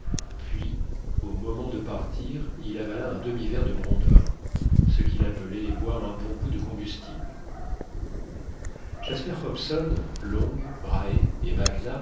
puis au moment de partir il avala un demi-verre de brandevin ce qu'il appelait boire un bon coup de combustible jasper hobson long rae et